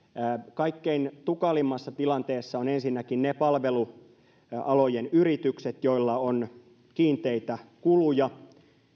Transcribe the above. kaikkein tukalimmassa tilanteessa ovat ensinnäkin ne palvelualojen yritykset joilla on kiinteitä kuluja